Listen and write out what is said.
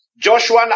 joshua